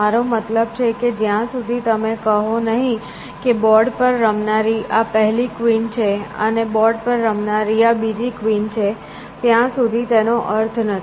મારો મતલબ છે કે જ્યાં સુધી તમે કહો નહીં કે બોર્ડ પર રમનારી આ પહેલી કવિન છે અને બોર્ડ પર રમનારી આ બીજી કવિન છે ત્યાં સુધી તેનો અર્થ નથી